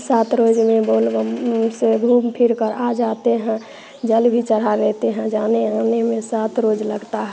सात रोज़ में बोल बम से घूम फिर कर आ जाते हैं जल भी चढ़ा देते हैं जाने आने में सात रोज़ लगता है